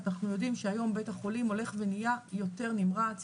אנחנו יודעים שהיום בית החולים הולך ונהיה יותר נמרץ,